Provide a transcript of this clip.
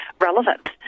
relevant